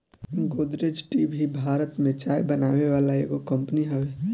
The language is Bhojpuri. गोदरेज टी भी भारत में चाय बनावे वाला एगो कंपनी हवे